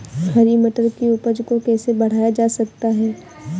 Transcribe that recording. हरी मटर की उपज को कैसे बढ़ाया जा सकता है?